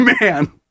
Man